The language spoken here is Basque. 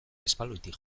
espaloitik